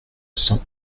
cent